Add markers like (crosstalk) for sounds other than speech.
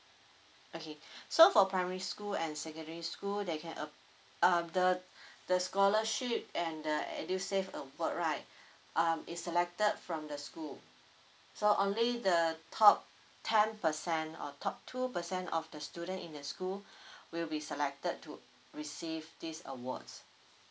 okay (breath) so for primary school and secondary school they can app~ uh the (breath) the scholarship and the edusave award right (breath) um is selected from the school so only the top ten percent or top two percent of the student in the school (breath) will be selected to receive these awards